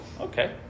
Okay